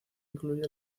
incluye